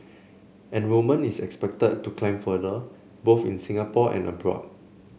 enrollment is expected to climb further both in Singapore and abroad